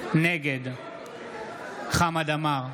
נגד חמד עמאר,